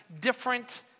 different